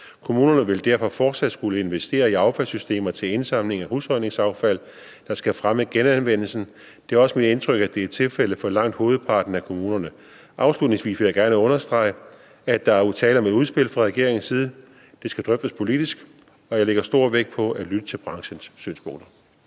Kommunerne vil derfor fortsat skulle investere i affaldssystemer til indsamling af husholdningsaffald, der skal fremme genanvendelsen. Det er også mit indtryk, at det er tilfældet for langt hovedparten af kommunerne. Afslutningsvis vil jeg gerne understrege, at der jo er tale om et udspil fra regeringens side. Det skal drøftes politisk, og jeg lægger stor vægt på at lytte til branchens synspunkter.